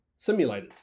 Simulators